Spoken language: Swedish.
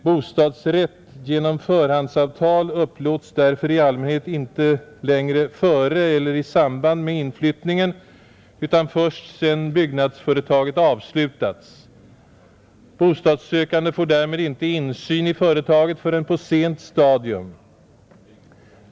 Bostadsrätt genom förhandsavtal upplåts därför i allmänhet inte längre före eller i samband med inflyttningen utan först sedan byggnadsföretaget avslutats, Bostadssökande får därmed inte insyn i företaget förrän på sent stadium.